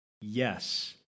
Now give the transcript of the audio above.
Yes